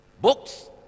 Books